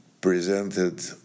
presented